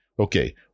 Okay